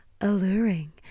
alluring